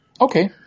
Okay